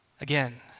Again